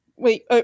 Wait